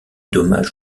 dommages